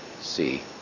see